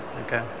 okay